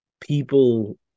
people